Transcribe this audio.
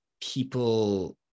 people